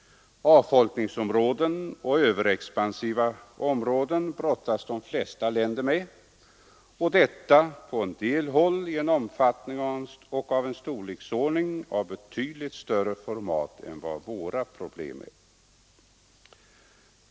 Avfolkningsområden och överexpansiva områden brottas de flesta länder med — på en del håll av betydligt större omfattning än i vårt land.